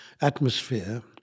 atmosphere